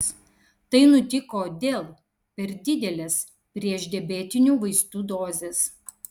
tai nutiko dėl per didelės priešdiabetinių vaistų dozės